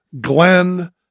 Glenn